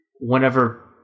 whenever